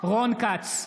רון כץ,